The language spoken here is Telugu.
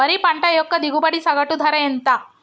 వరి పంట యొక్క దిగుబడి సగటు ధర ఎంత?